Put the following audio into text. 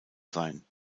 sein